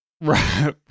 right